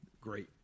great